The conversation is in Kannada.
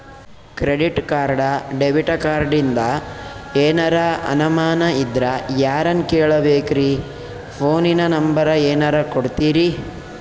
ಕ್ರೆಡಿಟ್ ಕಾರ್ಡ, ಡೆಬಿಟ ಕಾರ್ಡಿಂದ ಏನರ ಅನಮಾನ ಇದ್ರ ಯಾರನ್ ಕೇಳಬೇಕ್ರೀ, ಫೋನಿನ ನಂಬರ ಏನರ ಕೊಡ್ತೀರಿ?